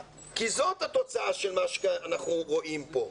כי זו התוצאה של מה שאנחנו רואים פה.